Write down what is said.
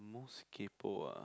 most kaypoh ah